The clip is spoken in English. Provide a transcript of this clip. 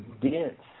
dense